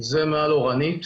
זה מעל אורנית.